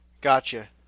Gotcha